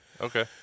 Okay